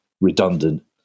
redundant